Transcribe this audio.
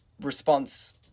response